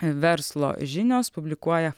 verslo žinios publikuoja